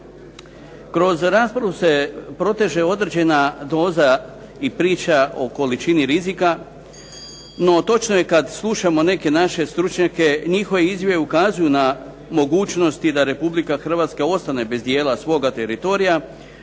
Kroz raspravu se proteže određena doza i priča o količini rizika no točno je kad slušamo neke naše stručnjake, njihove izjave ukazuju na mogućnost da RH ostane bez dijela svoga teritorija